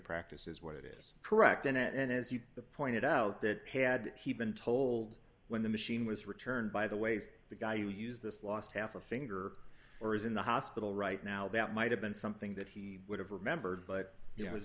practice is what it is correct and as you pointed out that had he been told when the machine was returned by the ways the guy you use this last half a finger or is in the hospital right now that might have been something that he would have remembered but you know his